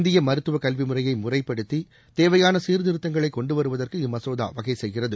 இந்திய மருத்துவ கல்வி முறையை முறைப்படுத்தி தேவையான சீர்திருத்தங்களை கொண்டு வருவதற்கு இம்மசோதா வகைசெய்கிறது